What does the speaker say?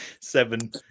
seven